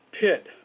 pit